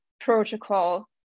protocol